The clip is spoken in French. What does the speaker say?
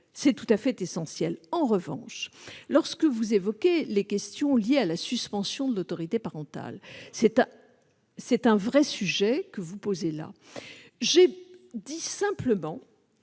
même tout à fait essentiel ! En revanche, lorsque vous évoquez les questions liées à la suspension de l'autorité parentale, vous posez là un vrai sujet. J'ai dit simplement